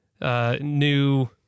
new